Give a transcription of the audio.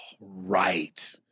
right